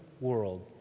world